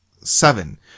Seven